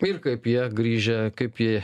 ir kaip jie grįžę kaip jie